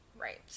Right